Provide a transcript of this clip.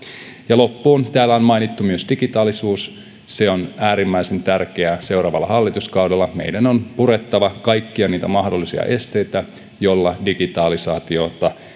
loppuun täällä on mainittu myös digitaalisuus se on äärimmäisen tärkeää seuraavalla hallituskaudella meidän on purettava kaikkia mahdollisia esteitä jotta digitalisaatiota